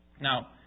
Now